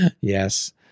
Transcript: Yes